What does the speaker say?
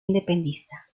independentista